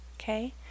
Okay